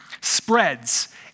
spreads